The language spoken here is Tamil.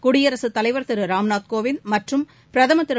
குடியரசுத் தலைவர் திருராம்நாம் கோவிந்த் மற்றும் பிரதமர் திரு